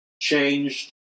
changed